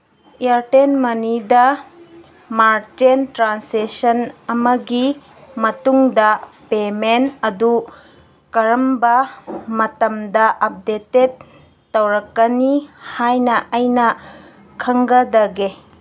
ꯏꯌꯥꯔꯇꯦꯟ ꯃꯅꯤꯗ ꯃꯥꯔꯆꯦꯟ ꯇ꯭ꯔꯥꯟꯁꯦꯛꯁꯟ ꯑꯃꯒꯤ ꯃꯇꯨꯡꯗ ꯄꯦꯃꯦꯟ ꯑꯗꯨ ꯀꯔꯝꯕ ꯃꯇꯝꯗ ꯑꯞꯗꯦꯇꯦꯠ ꯇꯧꯔꯛꯀꯅꯤ ꯍꯥꯏꯅ ꯑꯩꯅ ꯈꯪꯒꯗꯒꯦ